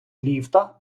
ліфта